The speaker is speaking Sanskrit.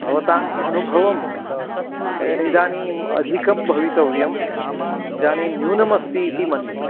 भवताम् अनुभवम् इदानीम् अधिकं भवितव्यम् इदानीं न्यूनमस्ति इति मन्ये